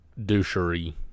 douchery